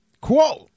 quote